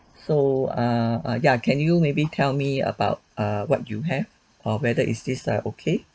so err err yeah can you maybe tell me about err what you have err whether is this err okay